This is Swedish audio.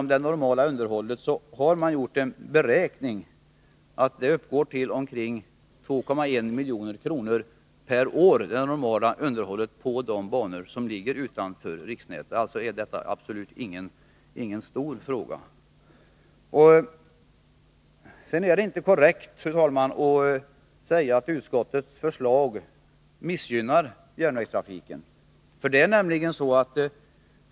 Man har gjort en beräkning som visar att detta underhåll uppgår till omkring 2,1 milj.kr. per år, varför det här absolut inte är någon stor fråga. Det är inte korrekt, fru talman, att säga att utskottets förslag missgynnar järnvägstrafiken.